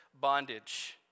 bondage